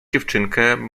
dziewczynkę